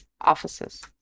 offices